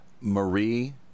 Marie